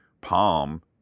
palm